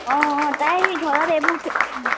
অঁ অঁ তাই ঘৰত এইবোৰ